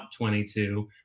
22